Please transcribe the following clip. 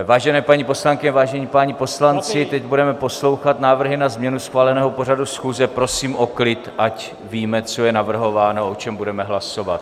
Vážené paní poslankyně a vážení páni poslanci, teď budeme poslouchat návrhy na změnu schváleného pořadu schůze, prosím o klid, ať víme, co je navrhováno, o čem budeme hlasovat.